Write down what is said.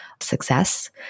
success